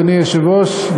אדוני היושב-ראש,